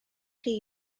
chi